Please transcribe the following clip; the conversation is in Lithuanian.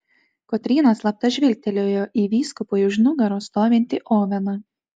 kotryna slapta žvilgtelėjo į vyskupui už nugaros stovintį oveną